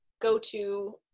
go-to